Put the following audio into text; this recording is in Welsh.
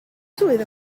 swydd